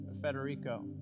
Federico